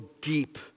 deep